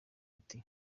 ati